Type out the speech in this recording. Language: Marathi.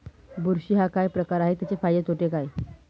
बुरशी हा काय प्रकार आहे, त्याचे फायदे तोटे काय?